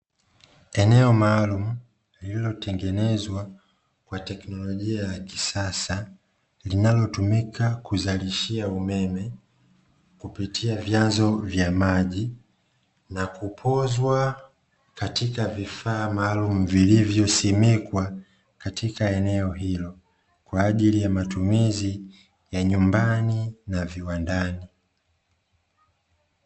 Eneo maalumu lililotengenezwa kwa teknolojia ya kisasa linalotumika kuzalishia umeme, kupitia vyanzo vya maji na kupozwa katiaka vifaa maalumu vilivyosimikwa katika eneo hilo.